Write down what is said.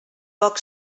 poc